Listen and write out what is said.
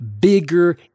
bigger